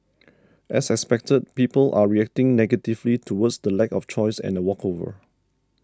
as expected people are reacting negatively towards the lack of choice and a walkover